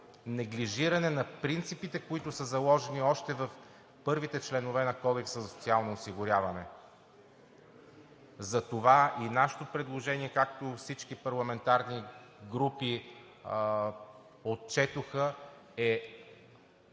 неглижиране на принципите, заложени още в първите членове на Кодекса за социално осигуряване. Затова и нашето предложение, както и всички парламентарни групи отчетоха, е: